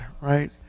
Right